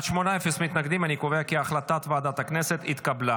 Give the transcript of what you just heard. הצעת ועדת הכנסת להעביר